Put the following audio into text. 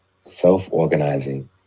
Self-organizing